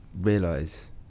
realize